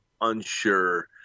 unsure